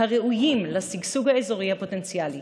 הראויות לשגשוג האזורי הפוטנציאלי.